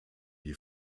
die